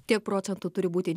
tiek procentų turi būti